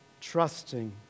trusting